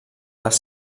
les